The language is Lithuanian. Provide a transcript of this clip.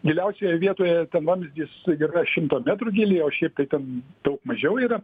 giliausioje vietoje ten vamzdis yra šimto metrų gylyje o šiaip tai ten daug mažiau yra